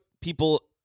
people